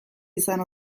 izan